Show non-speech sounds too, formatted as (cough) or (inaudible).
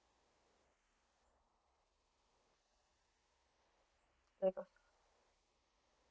(noise)